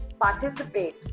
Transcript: participate